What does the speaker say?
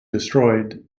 destroyed